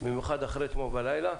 במיוחד אחרי אתמול בלילה,